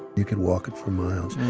you can walk it for miles.